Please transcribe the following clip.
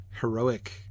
heroic